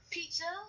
Pizza